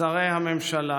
שרי הממשלה,